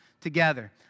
together